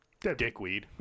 dickweed